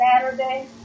Saturday